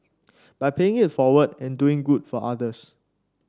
by paying it forward and doing good for others